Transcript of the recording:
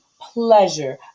pleasure